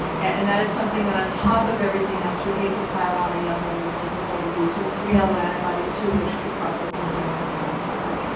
and that is something that, on top of everything else, we hate to pile on a young woman with sickle cell disease who has three alloantibodies, two of which could cross the placenta and hurt her baby.